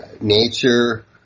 nature